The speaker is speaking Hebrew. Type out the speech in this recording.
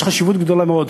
יש חשיבות גדולה מאוד,